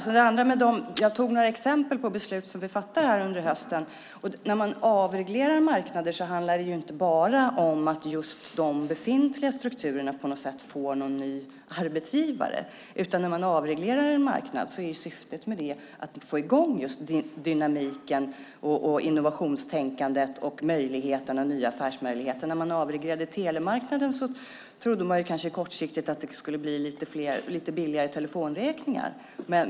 Jag tog upp några exempel på beslut som vi har fattat här under hösten. När man avreglerar marknader handlar det inte bara om att just de befintliga strukturerna på något sätt får så att säga någon ny arbetsgivare, utan när man avreglerar en marknad är syftet att få i gång just dynamiken, innovationstänkandet och nya affärsmöjligheter. När man avreglerade telemarknaden trodde man kanske kortsiktigt att det skulle bli lite lägre telefonräkningar.